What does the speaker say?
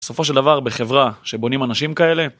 בסופו של דבר, בחברה שבונים אנשים כאלה...